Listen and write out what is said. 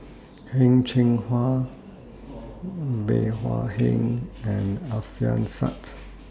Heng Cheng Hwa Bey Hua Heng and Alfian Sa'at